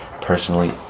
personally